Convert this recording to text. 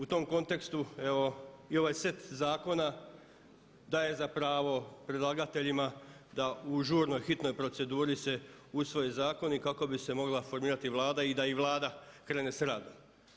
U tom kontekstu evo i ovaj set zakona daje za pravo predlagateljima da u žurnoj, hitnoj proceduri se usvoje zakoni kako bi se mogla formirati Vlada i da i Vlada krene s radom.